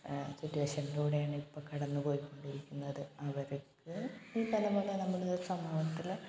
സിറ്റുവേഷനിലൂടെയാണിപ്പം കടന്ന് പോയ് കൊണ്ടിരിക്കുന്നത് അവർക്ക് ഈ പറയും പോലെ നമ്മളുടെ സമൂഹത്തില്